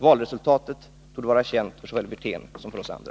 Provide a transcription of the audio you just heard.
Valresultatet torde vara känt såväl för Rolf Wirtén som för oss andra.